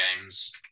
games